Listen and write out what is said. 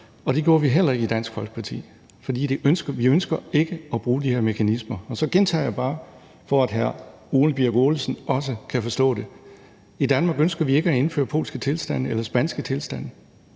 Det gjorde vi heller ikke i Dansk Folkeparti, for vi ønsker ikke at bruge de her mekanismer. Og så gentager jeg bare, for at hr. Ole Birk Olesen også kan forstå det: I Danmark ønsker vi ikke at indføre polske tilstande eller spanske tilstande.